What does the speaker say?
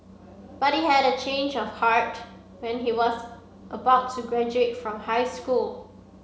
but he had a change of heart when he was about to graduate from high school